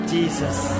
Jesus